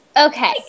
Okay